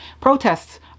Protests